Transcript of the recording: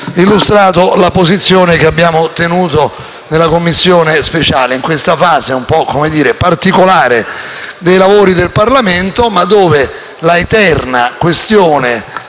illustrato la posizione che abbiamo tenuto nella Commissione speciale, in questa fase un po' particolare dei lavori del Parlamento, in cui però l'eterna questione